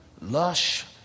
lush